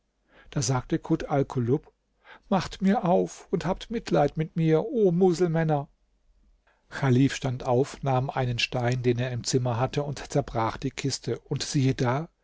da sagte kut alkulub macht mir auf und habt mitleid mit mir o muselmänner chalif stand auf nahm einen stein den er im zimmer hatte und zerbrach die kiste und siehe da